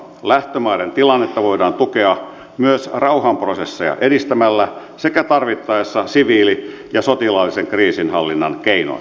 lähtömaiden tilannetta voidaan tukea myös rauhanprosesseja edistämällä sekä tarvittaessa siviili ja sotilaallisen kriisinhallinnan keinoin